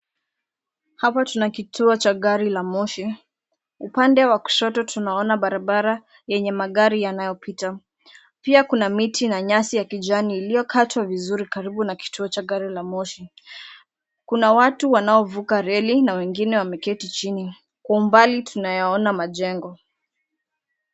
Hapa tuna kituo cha gari ya moshi , upande wa kushoto tunaonana barabara yenye magari yanayopita . Pia kuna miti na nyasi ya kijani iliyokatwa vizuri karibu na kituo cha gari la moshi . Kuna watu wanaovuka reli na wengine wameketi chini . Kwa umbali tunayaona majengo .